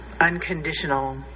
unconditional